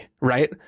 right